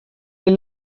est